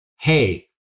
hey